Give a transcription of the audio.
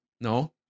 No